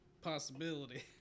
possibility